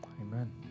Amen